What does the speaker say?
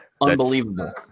Unbelievable